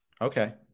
Okay